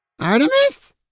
Artemis